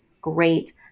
great